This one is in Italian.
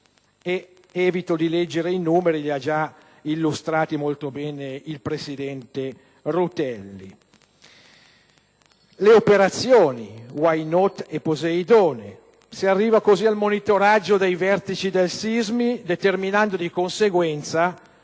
Evito di leggere i numeri, già illustrati molto bene dal presidente Rutelli, ma ricordo le operazioni Why Not? e Poseidone; si arriva così al monitoraggio dei vertici del SISMI, determinando di conseguenza,